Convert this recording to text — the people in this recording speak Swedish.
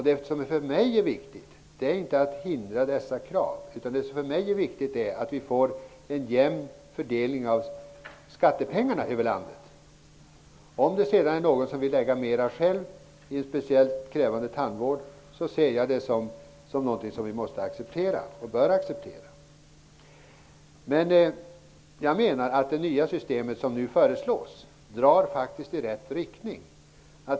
Det viktiga för mig är inte att hindra dessa krav, utan det är att vi får en jämn fördelning av skattepengarna över landet. Om sedan någon själv vill lägga mer på speciellt krävande tandvård måste och bör vi acceptera det. Jag menar att det nya system som nu föreslås drar i rätt riktning.